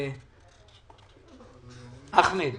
אתם